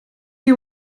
you